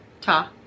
ta